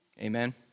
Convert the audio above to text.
Amen